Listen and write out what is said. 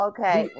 Okay